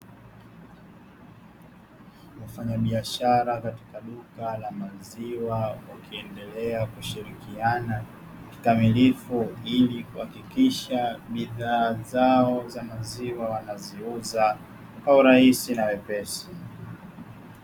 Wafanyabiashara katika duka la maziwa wakiendelea kushirikiana kikamilifu, ili kuhakikisha bidhaa zao za maziwa wanaziuza kwa urahisi na wepesi.